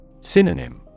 Synonym